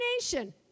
nation